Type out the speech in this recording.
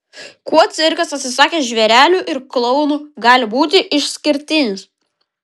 kuo cirkas atsisakęs žvėrelių ir klounų gali būti išskirtinis